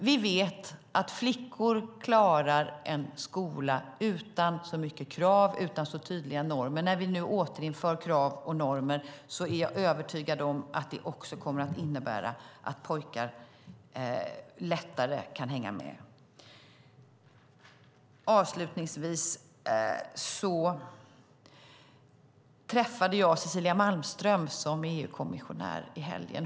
Vi vet att flickor klarar en skola utan så mycket krav och utan så tydliga normer. När vi nu återinför krav och normer är jag övertygad om att det kommer att innebära att pojkar lättare kan hänga med. Avslutningsvis kan jag berätta att jag träffade EU-kommissionären Cecilia Malmström i helgen.